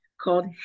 called